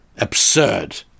Absurd